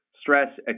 stress